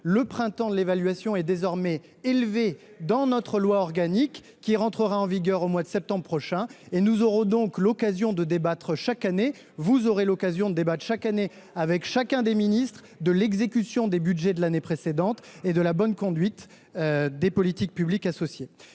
le Printemps de l'évaluation est désormais inscrit dans la loi organique qui entrera en vigueur au mois de septembre prochain. Vous aurez ainsi l'occasion de débattre chaque année avec chacun des ministres de l'exécution des budgets de l'année précédente et de la bonne conduite des politiques publiques associées.